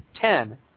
Ten